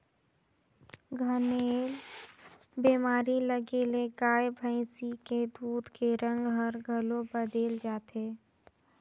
थनैल बेमारी लगे ले गाय भइसी के दूद के रंग हर घलो बदेल जाथे